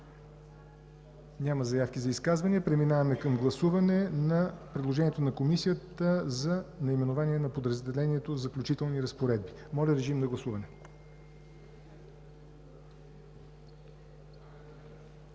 Няма заявки за изказвания. Преминаваме към гласуване на предложението на Комисията за наименованието на подразделението „Заключителни разпоредби“. Гласували